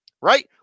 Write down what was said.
right